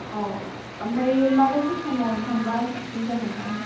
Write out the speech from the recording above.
अ ओमफ्राय माबायदि टाइमआव थाङोबा साबसिन जागोनथाय